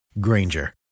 Granger